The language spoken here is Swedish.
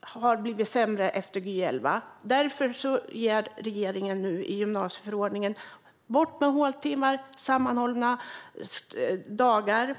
har blivit sämre efter Gy 2011. Därför säger regeringen nu i gymnasieförordningen att håltimmarna ska bort och att det ska vara sammanhållna dagar.